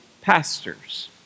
pastors